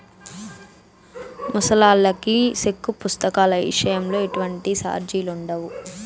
ముసలాల్లకి సెక్కు పుస్తకాల ఇసయంలో ఎటువంటి సార్జిలుండవు